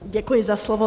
Děkuji za slovo.